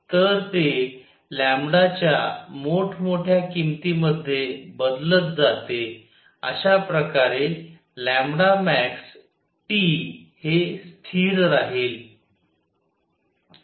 तर ते च्या मोठ्मोठ्या किमती मध्ये बदलत जाते अशा प्रकारे max T हे स्थिर राहील